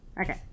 Okay